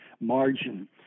margin